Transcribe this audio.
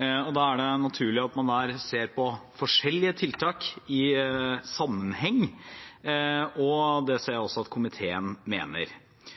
Da er det naturlig at man ser på forskjellige tiltak i sammenheng, og det ser jeg at også komiteen mener.